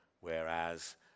whereas